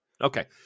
okay